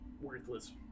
worthless